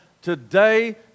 today